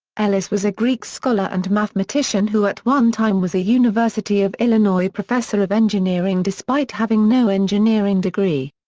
ellis was a greek scholar and mathematician who at one time was a university of illinois professor of engineering despite having no engineering degree.